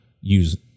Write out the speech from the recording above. use